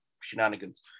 shenanigans